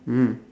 mm